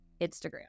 Instagram